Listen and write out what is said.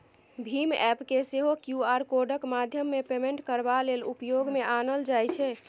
भीम app केँ सेहो Q R कोडक माध्यमेँ पेमेन्ट करबा लेल उपयोग मे आनल जाइ छै